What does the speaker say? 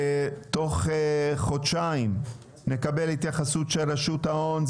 תוך חודשיים נקבל התייחסות של רשות ההון,